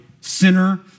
sinner